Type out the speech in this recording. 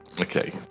Okay